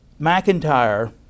McIntyre